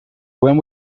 when